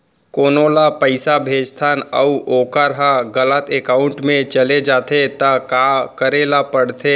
कोनो ला पइसा भेजथन अऊ वोकर ह गलत एकाउंट में चले जथे त का करे ला पड़थे?